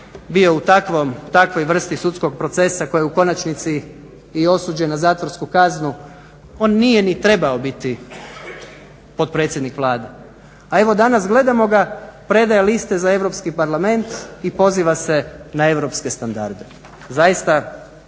bio u takvoj vrsti sudskog procesa koji je u konačnici i osuđen na zatvorsku kaznu, on nije ni trebao biti potpredsjednik Vlade, a evo danas gledamo ga predaje liste za Europski parlament i poziva se na europske standarde. Zaista